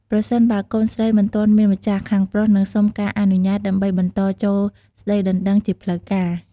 ប្រសិនបើកូនស្រីមិនទាន់មានម្ចាស់ ខាងប្រុសនឹងសុំការអនុញ្ញាតដើម្បីបន្តចូលស្តីដណ្តឹងជាផ្លូវការ។